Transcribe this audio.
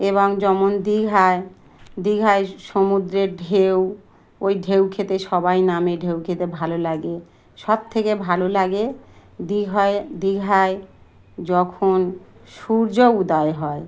এবং যেমন দীঘায় দীঘায় সমুদ্রের ঢেউ ওই ঢেউ খেতে সবাই নামে ঢেউ খেতে ভালো লাগে সবথেকে ভালো লাগে দীঘায় দীঘায় যখন সূর্য উদয় হয়